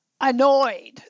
annoyed